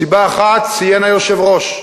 סיבה אחת ציין היושב-ראש.